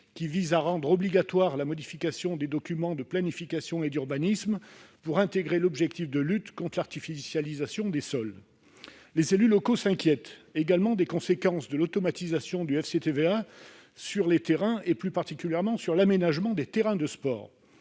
visent à rendre obligatoire la modification des documents de planification et d'urbanisme pour intégrer l'objectif de lutte contre l'artificialisation des sols. Les élus locaux s'inquiètent également des conséquences de l'automatisation du FCTVA sur l'aménagement des terrains, plus particulièrement des terrains de sport.